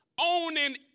owning